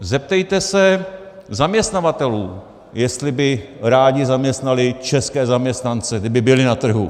Zeptejte se zaměstnavatelů, jestli by rádi zaměstnali české zaměstnance, kdyby byli na trhu.